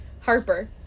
Harper